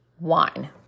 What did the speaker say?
wine